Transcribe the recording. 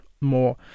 more